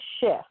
shift